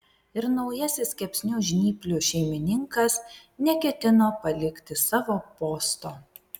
ir naujasis kepsnių žnyplių šeimininkas neketino palikti savo posto